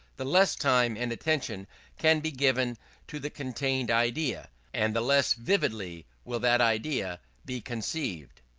the less time and attention can be given to the contained idea and the less vividly will that idea be conceived.